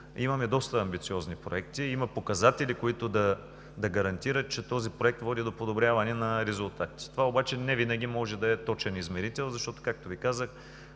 имаме доста амбициозни проекти, има показатели, които да гарантират, че този проект води до подобряване на резултатите. Това обаче невинаги може да е точен измерител, защото, както Ви казах,